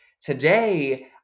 Today